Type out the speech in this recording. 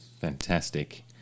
Fantastic